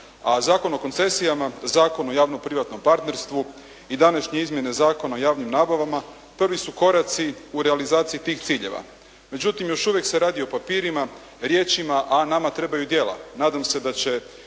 a Zakon o koncesijama, Zakon o javno-privatnom partnerstvu i današnje izmjene Zakona o javnim nabavama, prvi su koraci u realizaciji tih ciljeva. Međutim, još uvijek se radi o papirima, riječima, a nama trebaju djela. Nadam se da će